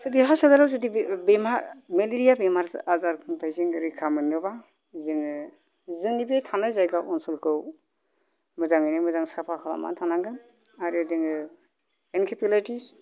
स देहा सोलेराव जुदि बेमार मेलेरिया बेमार आजारनिफ्राय जों रैखा मोननोबा जोङो जोंनि बे थानाय जायगा ओनसोलखौ मोजाङैनो मोजां साफा खालामनानै थानांगोन आरो जोङो एनकेपेलाइटिस